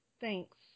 Thanks